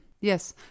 yes